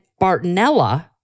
Bartonella